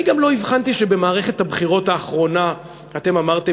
אני גם לא הבחנתי שבמערכת הבחירות האחרונה אתם אמרתם